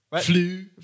flu